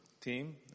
team